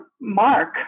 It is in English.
mark